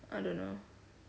I don't know